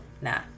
nah